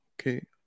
Okay